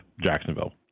Jacksonville